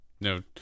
No